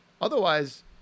otherwise